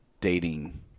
dating